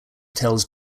tells